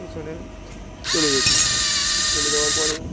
পিছনে চলে গেছি চলে যাওয়ার পরে